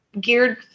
geared